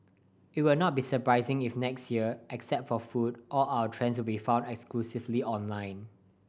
it will not be surprising if next year except for food all our trends will be found exclusively online